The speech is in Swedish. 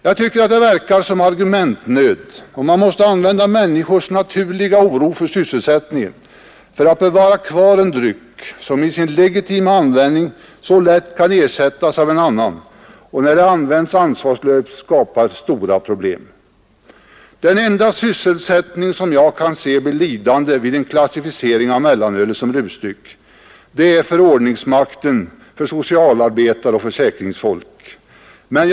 Jag tycker det verkar som argumentnöd om man måste använda människors naturliga oro för sysselsättningen för att bevara kvar en dryck som i sin legitima användning så lätt kan ersättas av en annan och som när den används ansvarslöst skapar stora problem. Den enda sysselsättning som jag kan se blir lidande vid en klassificering av mellanölet som rusdryck är den som ordningsmakten, socialarbetare och försäkringsfolk har.